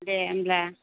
दे होनब्ला